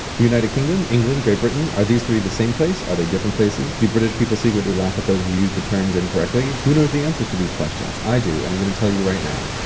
united kingdom? england? great britain? are these three the same place? are they different places? do british people secretly laugh but those who use the terms incorrectly? who knows the answers to these questions? i do, and i'm going to tell you right now.